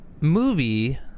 movie